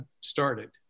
started